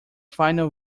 final